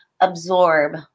absorb